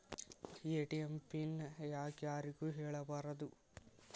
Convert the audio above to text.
ATM pin ಯಾಕ್ ಯಾರಿಗೂ ಹೇಳಬಾರದು?